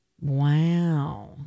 Wow